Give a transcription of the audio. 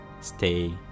stay